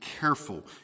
careful